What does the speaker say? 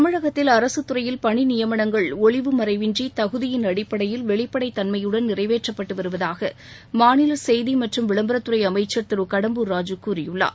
தமிழகத்தில் அரசுத் துறையில் பணி நியமனங்கள் ஒளிவு மறைவின்றி தகுதியின் அடிப்படையில் வெளிப்படைத் தன்மையுடன் நிறைவேற்றப்பட்டு வருவதாக மாநில செய்தி மற்றும் விளம்பரத்துறை அமைச்சர் திரு கடம்புர் ராஜூ கூறியுள்ளார்